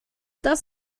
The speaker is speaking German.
das